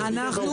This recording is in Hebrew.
מכיר.